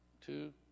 two